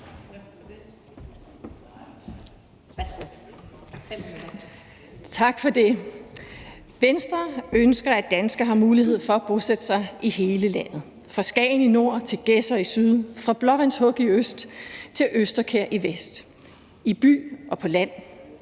Tak for det. Venstre ønsker, at danskere har mulighed for at bosætte sig i hele landet, fra Skagen i nord til Gedser i syd, fra Blåvandshuk i øst til Østerkær i vest, i by og på land,